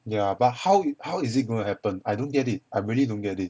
yeah but how you how is it gonna happen I don't get it I really don't get it